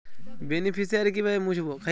Beneficiary কিভাবে মুছব?